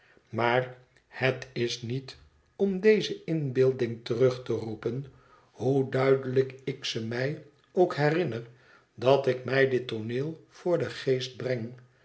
maar het is niet om deze inbeelding terug te roepen hoe duidelijk ik ze mij ook herinner dat ik mij dit tooneel voor den geest breng